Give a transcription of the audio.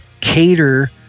cater